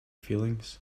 feelings